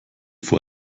vor